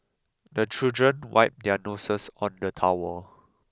the children wipe their noses on the towel